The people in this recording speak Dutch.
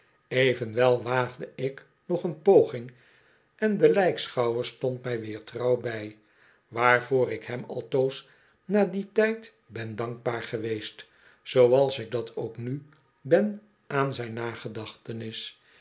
evenwel waagde ik nog een poging en de lijkschouwer stond mg weer trouw bij waarvoor ik hem altoos na dien ty'd ben dankbaar geweest zooals ik dat ook nu ben aan zijn nagedachtenis